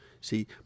See